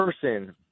person